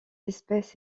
espèce